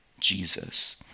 Jesus